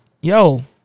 Yo